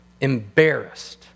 embarrassed